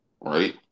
Right